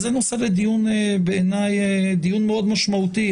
זה נושא בעיניי לדיון מאוד משמעותי.